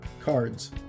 cards